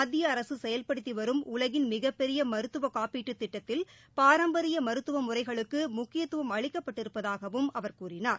மத்திய அரசு செயல்படுத்தி வரும் உலகின் மிகப்பெரிய மருத்துவக் காப்பீட்டுத் திட்டத்தில் பாரம்பரிய மருத்துவ முறைகளுக்கு முக்கியத்துவம் அளிக்கப்பட்டிருப்பதாகவும் அவர் கூறினார்